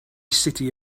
city